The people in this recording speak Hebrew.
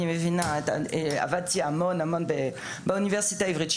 עבדתי המון באוניברסיטה העברית,